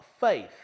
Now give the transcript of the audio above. faith